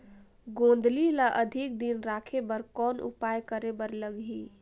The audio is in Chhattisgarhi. गोंदली ल अधिक दिन राखे बर कौन उपाय करे बर लगही?